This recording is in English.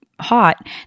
hot